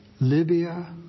Libya